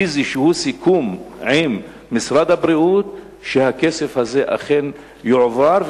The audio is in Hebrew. יש איזה סיכום עם משרד הבריאות שהכסף הזה אכן יועבר,